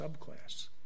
subclass